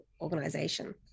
organization